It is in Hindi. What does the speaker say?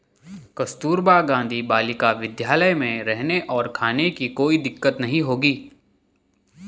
कस्तूरबा गांधी बालिका विद्यालय में रहने और खाने की कोई दिक्कत नहीं होगी